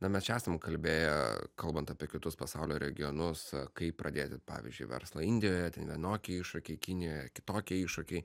na mes čia esam kalbėję kalbant apie kitus pasaulio regionus kaip pradėti pavyzdžiui verslą indijoje ten vienokie iššūkiai kinijoje kitokie iššūkiai